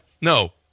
No